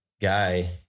guy